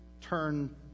turn